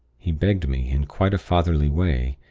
he begged me, in quite a fatherly way,